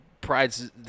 prides